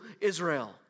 Israel